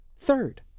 third